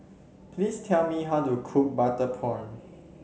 please tell me how to cook Butter Prawn